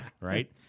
right